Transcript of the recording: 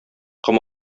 ком